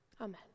Amen